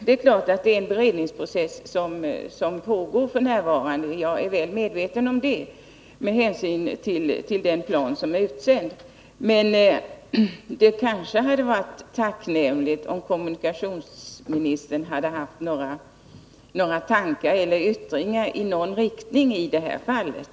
Det är klart att det är en beredningsprocess som pågår f. n. — jag är väl medveten om det — med hänsyn till den plan som är utsänd. Men det hade varit tacknämligt om kommunikationsministern hade haft några tankar i någon riktning att framföra i det här fallet.